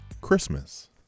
Christmas